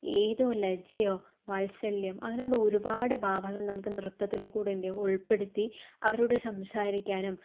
ഏതോ ലജ്ജയോ വാത്സല്യം അങ്ങനെയുള്ള ഒരുപാട് ഭാവങ്ങൾ നമുക്ക് നൃത്തത്തിൽ കൂടെയോ ഉൾപ്പെടുത്തി അവരോട് സംസാരിക്കാനും